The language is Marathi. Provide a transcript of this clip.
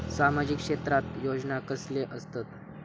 सामाजिक क्षेत्रात योजना कसले असतत?